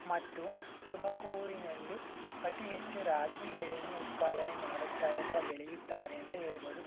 ಮತ್ತು ತುಮಕೂರಿನಲ್ಲಿ ಅತಿ ಹೆಚ್ಚು ರಾಗಿ ಬೆಳೆಯನ್ನು ಉತ್ಪಾದನೆ ಮಾಡುತ್ತಾರೆ ಅಥವಾ ಬೆಳೆಯುತ್ತಾರೆ ಅಂತ ಹೇಳಬಹುದು